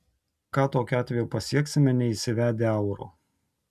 ką tokiu atveju pasieksime neįsivedę euro